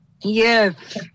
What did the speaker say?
Yes